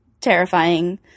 terrifying